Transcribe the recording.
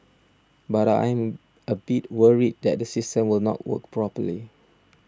but I am a bit worried that the system will not work properly